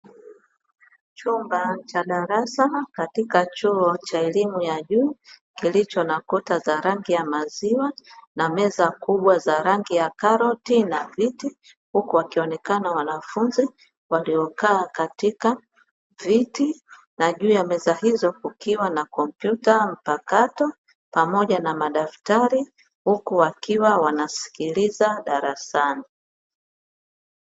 Chumba cha darasa katika chuo cha elimu ya juu kilicho na kuta za rangi ya maziwa na meza kubwa za rangi ya karoti na viti, huku wakionekana wanafunzi waliokaa katika viti na juu ya meza hizo kukiwa na kompyuta mpakato, pamoja na madaftari huku wakiwa wanasikiliza darasani.